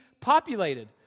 populated